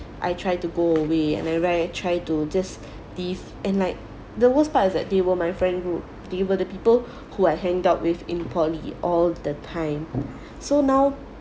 I try to go away and try to just leave and like the worst part is that they were my friend group they were the people who I hanged out with in poly all the time so now